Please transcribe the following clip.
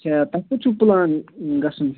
اَچھا تۄہہِ کوٚت چھُو پُلان گَژھُن